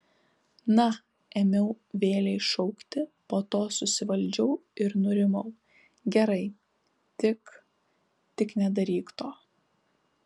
na ėmiau vėlei šaukti po to susivaldžiau ir nurimau gerai tik tik nedaryk to